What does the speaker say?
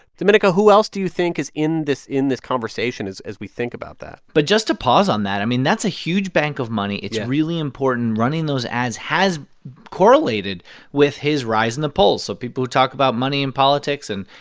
domenico, who else do you think is in this in this conversation as we think about that? but just to pause on that, i mean, that's a huge bank of money yeah it's really important. running those ads has correlated with his rise in the polls. so people who talk about money and politics and,